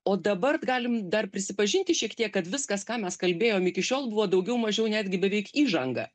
o dabar galim dar prisipažinti šiek tiek kad viskas ką mes kalbėjom iki šiol buvo daugiau mažiau netgi beveik įžanga